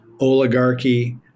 oligarchy